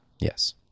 Yes